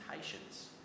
patience